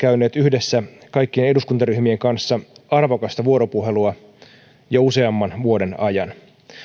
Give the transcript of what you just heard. käyneet yhdessä kaikkien eduskuntaryhmien kanssa arvokasta vuoropuhelua jo useamman vuoden ajan